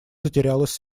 затерялась